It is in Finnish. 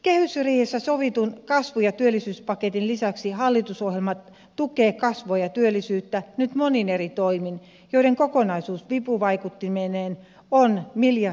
kehysriihessä sovitun kasvu ja työllisyyspaketin lisäksi hallitusohjelma tukee kasvua ja työllisyyttä nyt monin eri toimin joiden kokonaisuus vipuvaikuttimineen on miljardiluokkaa